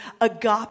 agape